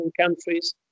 countries